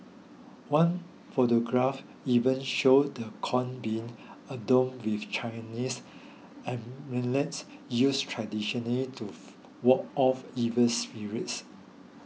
one photograph even showed the cones being adorn with Chinese amulets used traditionally to ward off evil spirits